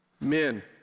Men